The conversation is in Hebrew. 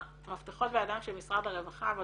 המפתחות בידיים של משרד הרווחה אבל